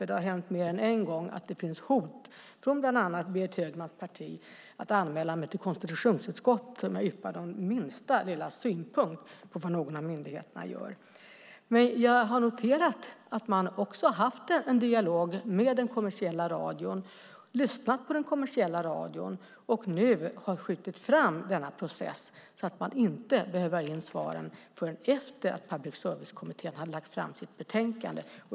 Det har hänt mer än en gång att det kommit hot från bland annat Berit Högmans parti om att anmäla mig till konstitutionsutskottet om jag yppar den minsta lilla synpunkt på vad någon av myndigheterna gör. Jag har noterat att man också har haft en dialog med den kommersiella radion. Man har lyssnat på den kommersiella radion och skjutit fram denna process så att man inte behöver ha in svaren förrän efter det att Public service-kommittén har lagt fram sitt betänkande.